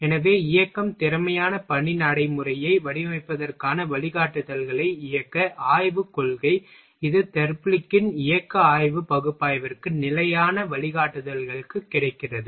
எனவே இயக்கம் திறமையான பணி நடைமுறையை வடிவமைப்பதற்கான வழிகாட்டுதல்களை இயக்க ஆய்வுக் கொள்கை இது தெர்ப்லிக்கின் இயக்க ஆய்வு பகுப்பாய்விற்கு நிலையான வழிகாட்டுதல்களுக்கு கிடைக்கிறது